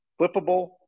flippable